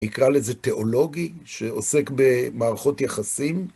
נקרא לזה תיאולוגי, שעוסק במערכות יחסים,